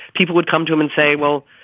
people would come to him and say, well,